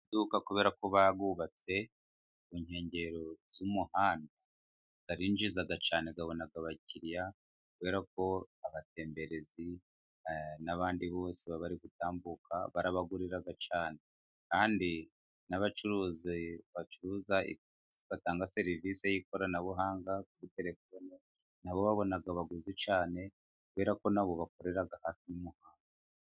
Amaduka kubera ko bayubatse ku nkengero z'umuhanda arinjiza cyance abona abakiriya, kuberara ko abatemberezi n'abandi bose baba bari gutambuka, barabagurira cyane kandi n'abacuruzi batanga serivisi y'ikoranabuhanga kuri telefoni, n'abo babona abaguzi cyane kubera ko nabo bakorera ku muhanda.